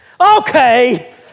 Okay